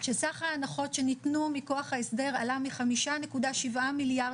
שסך ההנחות שניתנו מכוח ההסדר עלה מ-5.7 מיליארד